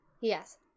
Yes